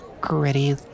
gritty